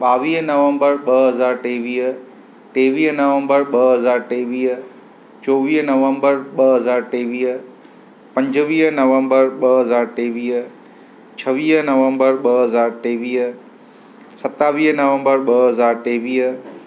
ॿावीअ नवंबर ॿ हज़ार टेवीअ टेवीह नवंबर ॿ हज़ार टेवीह चोवीह नवंबर ॿ हज़ार टेवीह पंजवीह नवंबर ॿ हज़ार टेवीह छवीह नवंबर ॿ हज़ार टेवीह सतावीह नवंबर ॿ हज़ार टेवीह